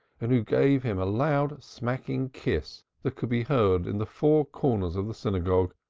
and who gave him a loud smacking kiss that could be heard in the four corners of the synagogue,